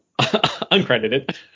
uncredited